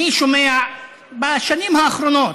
אני שומע בשנים האחרונות